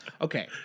okay